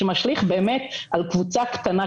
שמשליך באמת על קבוצה קטנה,